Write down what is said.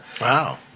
Wow